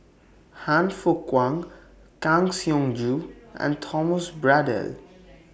Han Fook Kwang Kang Siong Joo and Thomas Braddell